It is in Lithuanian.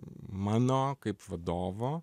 mano kaip vadovo